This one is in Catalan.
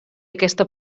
aquesta